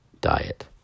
diet